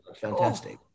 fantastic